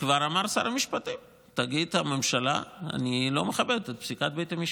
כבר אמר שר המשפטים שהממשלה תגיד: אני לא מכבדת את פסיקת בית המשפט.